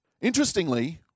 Interestingly